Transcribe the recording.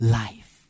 life